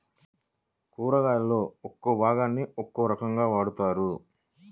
కూరగాయలలో ఒక్కో భాగాన్ని ఒక్కో రకంగా వాడతారు